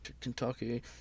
Kentucky